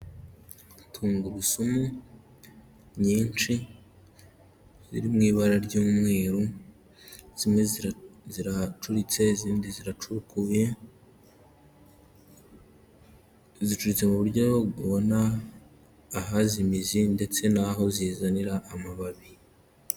Tungurusumu nyinshi ziri mu ibara ry'umweru, zimwe ziracuritse, izindi ziracurukuye, zicuritse mu buryo ubona ahaza imizi ndetse n'aho zizanira amababi.